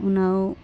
उनाव